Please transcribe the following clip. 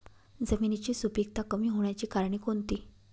जमिनीची सुपिकता कमी होण्याची कारणे कोणती?